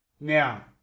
Now